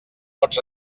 pots